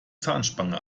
zahnspange